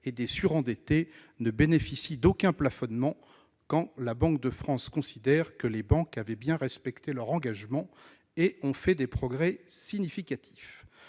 et des surendettés ne bénéficiaient d'aucun plafonnement, quand la Banque de France considère que les banques ont bien respecté leurs engagements et ont fait des progrès significatifs.